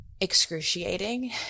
excruciating